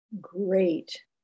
great